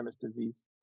disease